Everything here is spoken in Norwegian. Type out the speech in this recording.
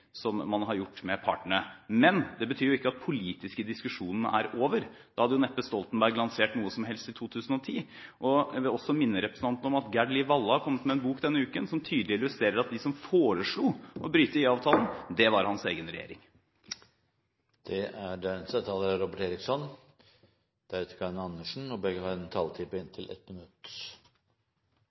som man har gjort med partene. Men det betyr jo ikke at de politiske diskusjonene er over. Da hadde neppe Stoltenberg lansert noe som helst i 2010. Jeg vil også minne representanten om at Gerd Liv Valla har kommet med en bok denne uken, som tydelig illustrerer at de som foreslo å bryte IA-avtalen, var hans egen regjering. Robert Eriksson har hatt ordet to ganger i debatten og får ordet til en kort merknad, begrenset til 1 minutt.